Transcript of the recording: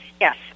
yes